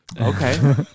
Okay